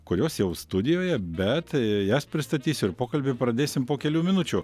kurios jau studijoje bet jas pristatysiu ir pokalbį pradėsim po kelių minučių